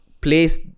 place